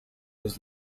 his